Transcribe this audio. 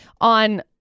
on